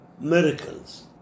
miracles